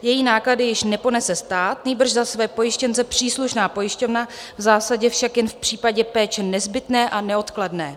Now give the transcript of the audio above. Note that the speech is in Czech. Její náklady již neponese stát, nýbrž za své pojištěnce příslušná pojišťovna, v zásadě však jen v případě péče nezbytné a neodkladné.